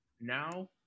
now